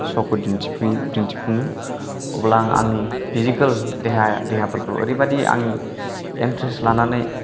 श'खौ दिन्थिफैयो दिन्थिफुङो अब्ला आं आंनि फिजिकेल देहा देहाफोरखौ ओरैबायदि आंनि इन्ट्रेस लानानै